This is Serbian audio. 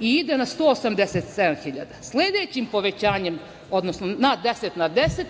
i ide na 187.000 hiljada. Sledećim povećanjem, odnosno na deset,